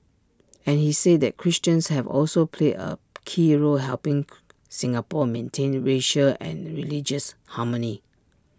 and he said that Christians have also played A key role helping Singapore maintain racial and religious harmony